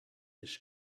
his